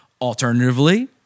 Alternatively